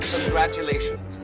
Congratulations